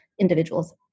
individuals